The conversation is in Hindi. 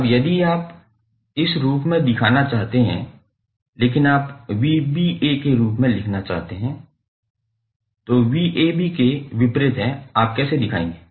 अब यदि आप इस रूप में दिखाना नहीं चाहते हैं लेकिन आप 𝑣𝑏𝑎 के रूप में दिखाना चाहते हैं जो 𝑣𝑎𝑏 के विपरीत है आप कैसे दिखाएंगे